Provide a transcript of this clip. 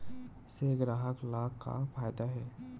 से ग्राहक ला का फ़ायदा हे?